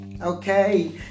Okay